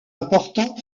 important